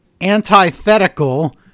Antithetical